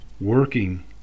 working